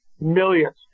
millions